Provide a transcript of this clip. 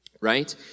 right